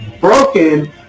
broken